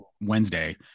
Wednesday